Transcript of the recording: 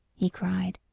he cried.